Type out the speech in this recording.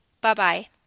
Bye-bye